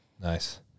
Nice